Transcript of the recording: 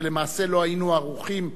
ולמעשה לא היינו ערוכים,